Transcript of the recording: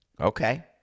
Okay